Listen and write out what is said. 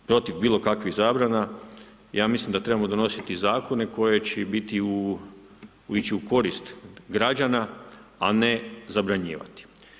Protiv bilo kakvih zabrana, ja mislim da trebamo donositi zakone koji će ići u korist građana, a ne zabranjivati.